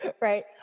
right